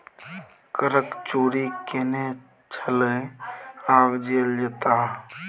करक चोरि केने छलय आब जेल जेताह